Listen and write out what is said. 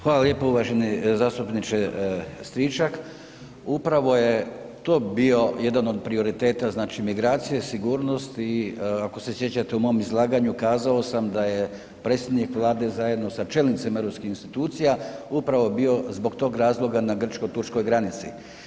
Hvala lijepo uvaženi zastupniče Stričak, upravo je to bio jedan od prioriteta znači migracije, sigurnosti i ako se sjećate u mom izlaganju kazao sam da je predsjednik Vlade zajedno sa čelnicima europskih institucija upravo bio zbog tog razloga na Grčko-Turskoj granici.